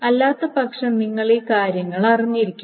അല്ലാത്തപക്ഷം നിങ്ങൾ ഈ കാര്യങ്ങൾ അറിഞ്ഞിരിക്കണം